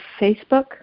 Facebook